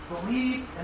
Believe